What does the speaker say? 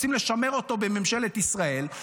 רוצים לשמר אותו בממשלת ישראל,